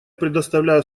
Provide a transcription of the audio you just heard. предоставляю